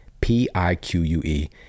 P-I-Q-U-E